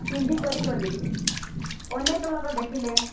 ପିନ୍ଧିି କରି ଗଲି ଅନେକ ଲୋକ ଦେଖିଲେ